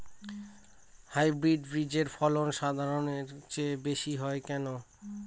Hybrid বীজের ফলন সাধারণের চেয়ে বেশী হয় কেনো?